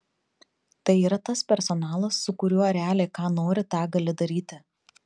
tai yra tas personalas su kuriuo realiai ką nori tą gali daryti